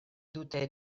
dute